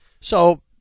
So-